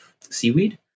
seaweed